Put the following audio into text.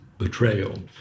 betrayal